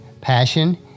passion